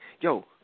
yo